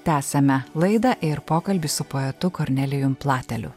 tęsiame laidą ir pokalbį su poetu kornelijum plateliu